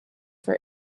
for